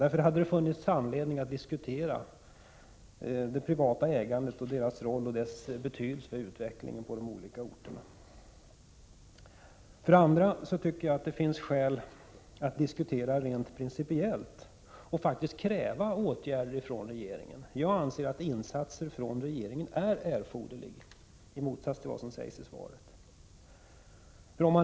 Därför hade det funnits anledning att diskutera det privata ägandet — dess roll och betydelse för utvecklingen på de olika orterna. Dessutom tycker jag att det finns skäl att föra en diskussion rent principiellt och faktiskt kräva åtgärder från regeringen. Jag anser att insatser från regeringen är erforderliga, i motsats till vad som sägs i svaret.